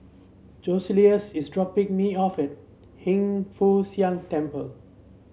Joseluis is dropping me off at Hin Foo Siang Temple